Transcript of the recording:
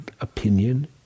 opinion